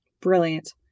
Brilliant